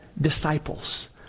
disciples